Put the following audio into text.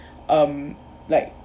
um like